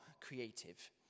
creative